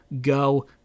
go